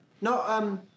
No